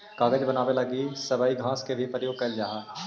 कागज बनावे लगी सबई घास के भी प्रयोग कईल जा हई